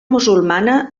musulmana